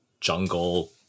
jungle